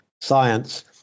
science